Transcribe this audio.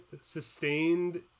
sustained